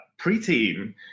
preteen